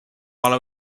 while